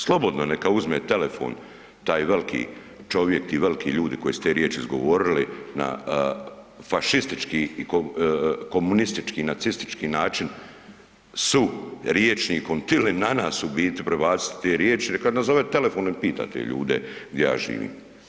Slobodno neka uzme telefon taj veliki čovjek i veliki ljudi koje su te riječi izgovorili na fašistički i komunistički, nacistički način su rječnikom tili na nas u biti prebaciti te riječi, neka nazove telefonom i pita te ljude gdje ja živim.